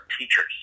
teachers